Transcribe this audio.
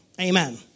Amen